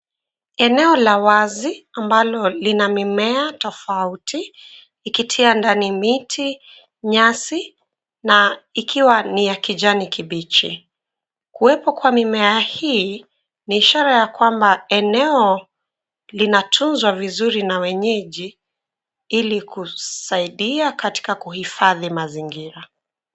Eneo la wazi ambalo lina mimea tofauti ikitia ndani miti, nyasi na ikiwa ni ya kijani kibichi. Kuwepo kwa mimea hii ni ishara ya kwamba eneo linatunzwa vizuri na wenyeji ili kusaidia katika kuhifadhi mazingira.